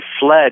fled